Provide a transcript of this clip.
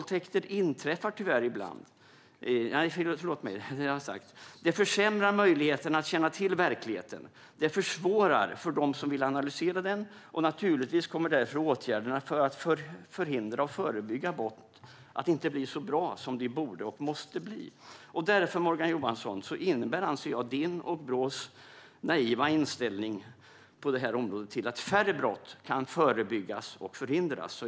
Det försämrar möjligheterna att känna till verkligheten, och det försvårar för dem som vill analysera. Naturligtvis kommer därför åtgärderna för att förhindra och förebygga brott inte att bli så bra som de borde och måste bli. Därför, Morgan Johansson, anser jag att din och Brås naiva inställning på området innebär att färre brott kan förebyggas och förhindras.